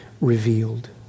revealed